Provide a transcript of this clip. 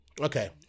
Okay